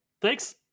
Thanks